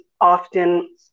often